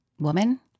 woman